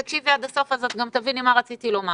אם תקשיבי עד הסוף גם את תביני מה רציתי לומר.